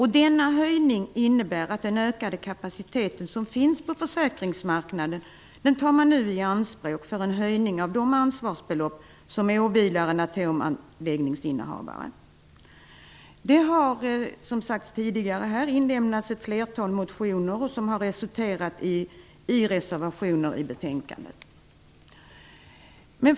Denna höjning innebär att den ökade kapacitet som finns på försäkringsmarknaden nu tas i anspråk för en höjning av de ansvarsbelopp som åvilar en atomanläggningsinnehavare. Med anledning av propositionen har det inlämnats ett flertal motioner som lett till reservationer till betänkandet.